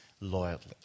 loyalty